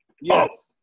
Yes